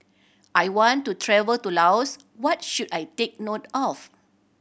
I want to travel to Laos what should I take note of